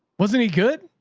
wasn't he good?